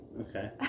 Okay